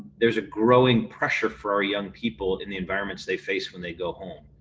there's a growing pressure for our young people in the environments they face when they go home.